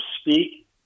speak